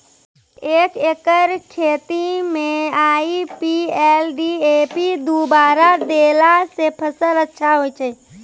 एक एकरऽ खेती मे आई.पी.एल डी.ए.पी दु बोरा देला से फ़सल अच्छा होय छै?